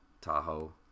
Tahoe